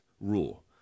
rule